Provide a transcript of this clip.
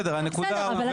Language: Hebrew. הנקודה הובהרה.